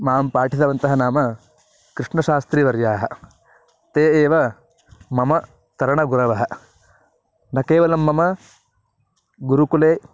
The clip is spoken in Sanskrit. मां पाठितवन्तः नाम कृष्णशास्त्रीवर्याः ते एव मम तरणगुरवः न केवलं मम गुरुकुले